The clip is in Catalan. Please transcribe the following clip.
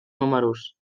números